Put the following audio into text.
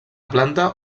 planta